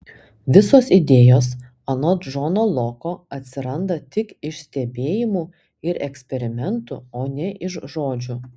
visos idėjos anot džono loko atsiranda tik iš stebėjimų ir eksperimentų o ne iš žodžių